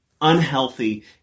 unhealthy